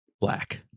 black